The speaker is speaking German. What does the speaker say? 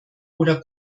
oder